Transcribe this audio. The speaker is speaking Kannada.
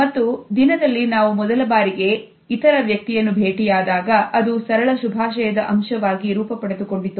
ಮತ್ತು ದಿನದಲ್ಲಿ ನಾವು ಮೊದಲ ಬಾರಿಗೆ ಇದರ ವ್ಯಕ್ತಿಯನ್ನು ಭೇಟಿಯಾದಾಗ ಅದು ಸರಳ ಶುಭಾಶಯದ ಅಂಶವಾಗಿ ರೂಪ ಪಡೆದುಕೊಂಡಿದೆ